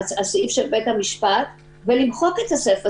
הסעיף של בית-המשפט ולמחוק את הסיפה.